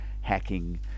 hacking